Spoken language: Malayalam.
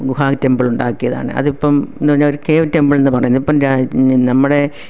ഗുഹാ ടെമ്പിൾ ഉണ്ടാക്കിയതാണ് അത് ഇപ്പം ഇന്ന് പറഞ്ഞ ഒരു കേവ് ടെമ്പിളെന്ന് പറഞ്ഞു ഇതിപ്പം ഈ നമ്മുടെ